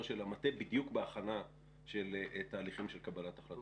של המטה בדיוק בהכנה של תהליכים של קבלת החלטות.